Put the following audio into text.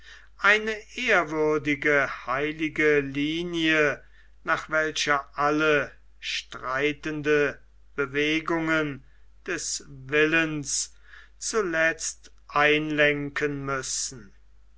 eine ehrwürdige heilige linie nach welcher alle streitenden bewegungen des willens zuletzt einlenken müssen